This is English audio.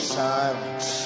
silence